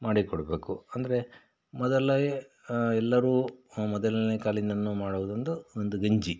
ಮಾಡಿಕೊಡಬೇಕು ಅಂದರೆ ಮೊದಲ ಎಲ್ಲರೂ ಮೊದಲನೆ ಕಾಲಿನ್ದನು ಮಾಡೋದೊಂದು ಒಂದು ಗಂಜಿ